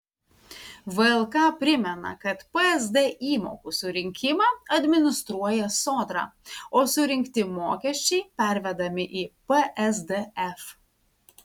vlk primena kad psd įmokų surinkimą administruoja sodra o surinkti mokesčiai pervedami į psdf